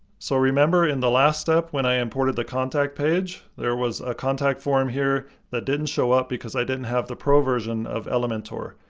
so remember in the last step, when i imported the contact page? there was a contact form here that didn't show up because i don't have the pro version of elementor?